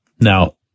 Now